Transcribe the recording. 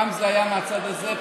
פעם זה היה מהצד הזה,